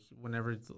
whenever